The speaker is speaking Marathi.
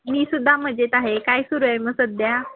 मीसुद्धा मजेत आहे काय सुरू आहे मग सध्या